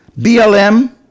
BLM